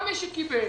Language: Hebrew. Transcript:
מי שקיבל